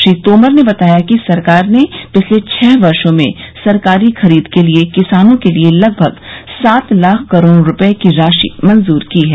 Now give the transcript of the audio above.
श्री तोमर ने बताया कि सरकार ने पिछले छह वर्षों में सरकारी खरीद के लिए किसानों के लिए लगभग सात लाख करोड़ रुपये की राशि मंजूरी की है